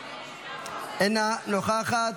אינה נוכחת,